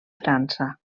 frança